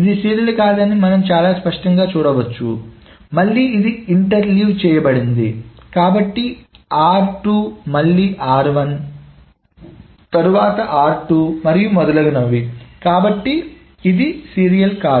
ఇది సీరియల్ కాదని మనం చాలా స్పష్టంగా చూడవచ్చు ఎందుకంటే మళ్ళీ ఇది ఇంటర్ లీవ్ చేయబడింది కాబట్టి మళ్ళీ తరువాత మరియు మొదలగునవి కాబట్టి ఇది సీరియల్ కాదు